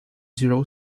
zero